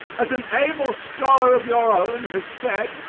as an able scholar of your own has said,